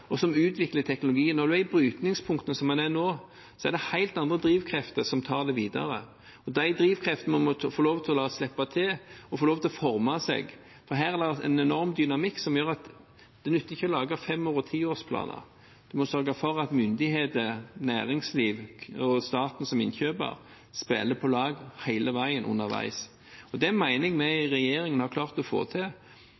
og som utvikler teknologien. Når man er i brytningspunktet, som man er nå, er det helt andre drivkrefter som tar det videre. De drivkreftene må få lov til å slippe til og få lov til å forme seg, for her er det en enorm dynamikk som gjør at det ikke nytter å lage fem- og tiårsplaner. Man må sørge for at myndighetene, næringslivet og staten som innkjøper spiller på lag hele veien underveis. Det mener jeg vi i